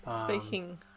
Speaking